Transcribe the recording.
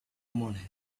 morning